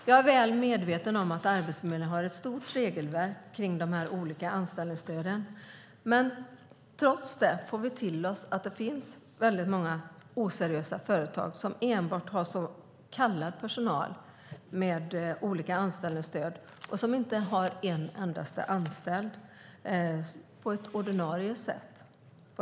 Jag är väl medveten om att Arbetsförmedlingen har ett stort regelverk för dessa olika anställningsstöd. Trots det får vi veta att det finns många oseriösa företag som enbart har personal anställd med hjälp av olika anställningsstöd. Dessa företag har inte någon som är anställd på ordinarie sätt.